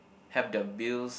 have the builds